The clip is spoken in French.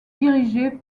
dirigée